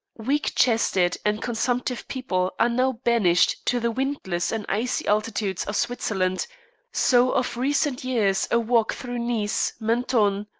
weak-chested and consumptive people are now banished to the windless and icy altitudes of switzerland so of recent years a walk through nice, mentone,